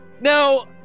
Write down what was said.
Now